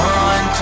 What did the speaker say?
on